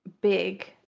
big